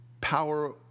Power